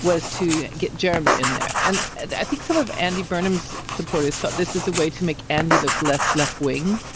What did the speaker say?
was to get jeremy in there. and i think some of andy burnham's supporters thought this was a way to make andy look less left-wing.